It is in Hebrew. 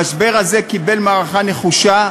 המשבר הזה קיבל מערכה נחושה,